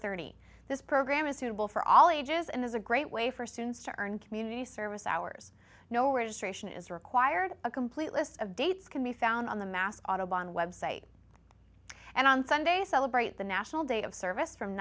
thirty this program is suitable for all ages and is a great way for students to earn community service hours no registration is required a complete list of dates can be found on the mass autobahn website and on sunday celebrate the national day of service from